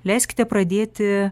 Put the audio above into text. leiskite pradėti